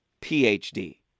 Ph.D